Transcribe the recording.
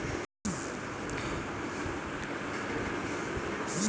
millennial ब्यबसाय के मालिक न्या तकनीक के ब्यबसाई के अनुप्रयोग में सक्षम ह